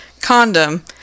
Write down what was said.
Condom